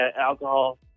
alcohol